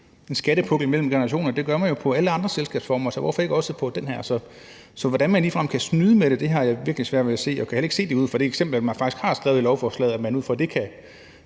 en skattepukkel mellem generationer. Det gør man jo ved alle andre selskabsformer, så hvorfor ikke også her? Så hvordan man ligefrem kan snyde med det, har jeg virkelig svært ved at se, og jeg kan heller ikke se det ud fra det eksempel, man faktisk har i lovforslaget på, at man kan snyde. Som